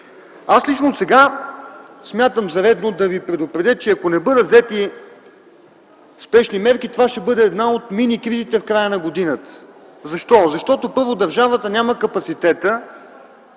Аз лично сега смятам за редно да Ви предупредя, че ако не бъдат взети спешни мерки, това ще бъде една от мини кризите в края на годината. Защо? Защото, първо, държавата няма капацитета